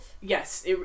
Yes